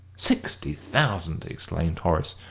sixty thousand! exclaimed horace,